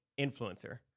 influencer